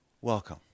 welcome